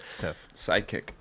Sidekick